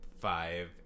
five